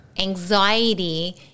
Anxiety